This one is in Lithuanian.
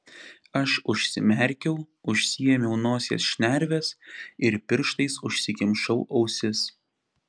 aš užsimerkiau užsiėmiau nosies šnerves ir pirštais užsikimšau ausis